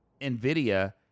Nvidia